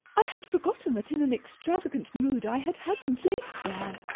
i had forgotten that in an extravagant mood i had had them placed there.